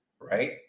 right